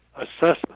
assessment